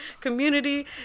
community